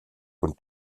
von